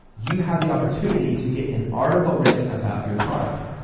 you have the opportunity to get an article written about your product.